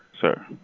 Sir